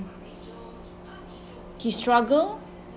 he struggle